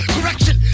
Correction